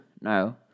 No